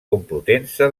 complutense